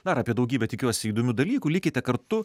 dar apie daugybę tikiuosi įdomių dalykų likite kartu